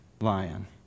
lion